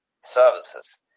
services